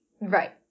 Right